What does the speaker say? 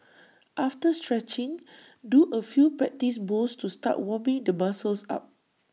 after stretching do A few practice bowls to start warming the muscles up